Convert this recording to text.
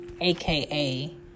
aka